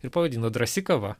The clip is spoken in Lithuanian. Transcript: ir pavadino drąsi kava